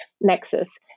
nexus